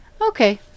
Okay